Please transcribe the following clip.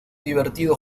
divertido